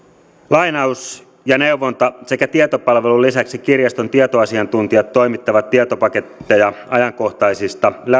lainaus neuvonta sekä tietopalvelun lisäksi kirjaston tietoasiantuntijat toimittavat tietopaketteja ajankohtaisista